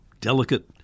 delicate